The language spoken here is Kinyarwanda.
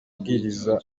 abwiriza